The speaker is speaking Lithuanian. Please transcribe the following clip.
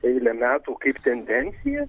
eilę metų kaip tendencija